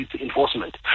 enforcement